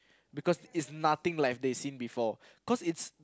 because it's nothing like they've seen before cause it's